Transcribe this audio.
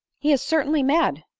he is certainly mad!